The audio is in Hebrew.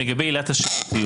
לגבי עילת השרירותיות.